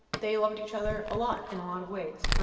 they loved each other a lot in a lot of ways.